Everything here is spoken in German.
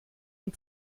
und